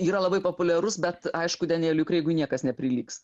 yra labai populiarus bet aišku denieliui kreigui niekas neprilygs